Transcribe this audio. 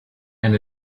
and